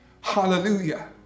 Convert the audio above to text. Hallelujah